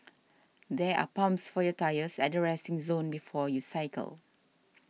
there are pumps for your tyres at the resting zone before you cycle